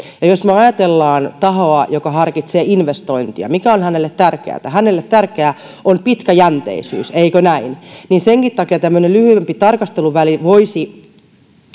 jos me ajattelemme tahoa joka harkitsee investointia niin mikä on hänelle tärkeätä hänelle tärkeää on pitkäjänteisyys eikö näin senkin takia tämmöinen lyhyempi tarkasteluväli voisi